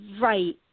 right